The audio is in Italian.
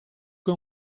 che